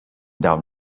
dawn